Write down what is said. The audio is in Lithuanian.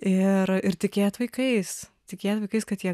ir ir tikėt vaikais tikėt vaikais kad jie